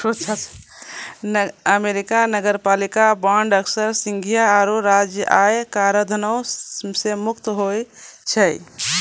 America नगरपालिका bond अक्सर संघीय आरो राज्य आय कराधानो से मुक्त होय छै